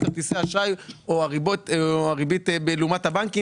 התשפ"ג 2023. הדיון בחוק הזה התקיים בוועדת הרפורמות,